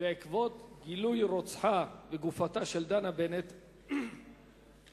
בעקבות גילוי רוצחה וגופתה של דנה בנט התפתח